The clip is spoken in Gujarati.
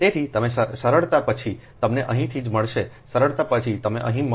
તેથી તમે સરળતા પછી તમને અહીંથી જ મળશે સરળતા પછી તમે અહીં મેળવશોʎb 0